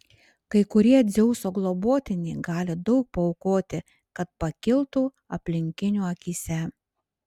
kai kurie dzeuso globotiniai gali daug paaukoti kad pakiltų aplinkinių akyse